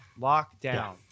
lockdown